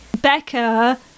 becca